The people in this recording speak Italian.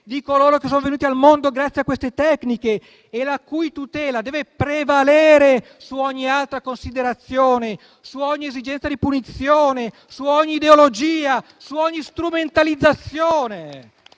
coloro che sono venuti al mondo grazie a queste tecniche e la cui tutela deve prevalere su ogni altra considerazione, su ogni esigenza di punizione, su ogni ideologia, su ogni strumentalizzazione.